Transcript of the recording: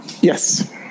Yes